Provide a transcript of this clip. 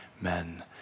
men